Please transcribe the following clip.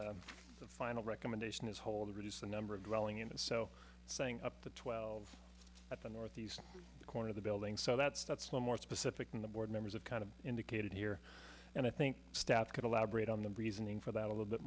then the final recommendation is hold reduce the number of dwelling in it so saying up to twelve at the northeast corner of the building so that's more specific than the board members of kind of indicated here and i think staff could elaborate on the reasoning for that a little bit